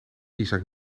isaac